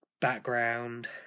Background